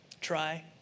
try